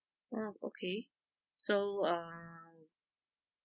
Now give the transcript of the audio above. oh okay so um